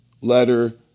letter